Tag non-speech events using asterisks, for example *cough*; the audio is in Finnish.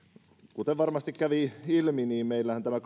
kuten varmasti kävi ilmi meillähän tämä *unintelligible*